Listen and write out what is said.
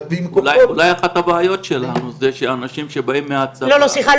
אולי אחת מהבעיות שלנו זה אנשים שבאים מהצבא --- סליחה,